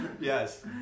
Yes